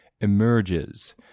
emerges